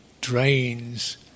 drains